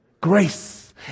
Grace